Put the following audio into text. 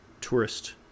tourist